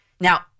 Now